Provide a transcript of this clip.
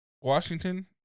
Washington